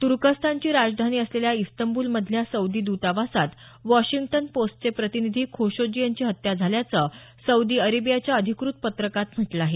तुर्कस्थानची राजधानी असलेल्या इस्तंबूलमधल्या सौदी द्रतावासात वॉशिंग्टन पोस्टचे प्रतिनिधी खोशोज्जी यांची हत्या झाल्याचं सौदी अरेबियाच्या अधिकृत पत्रकात म्हटलं आहे